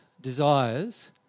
Desires